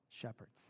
Shepherds